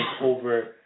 over